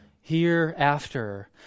hereafter